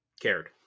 cared